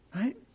Right